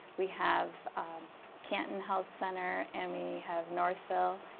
we have canton health center and we have northville.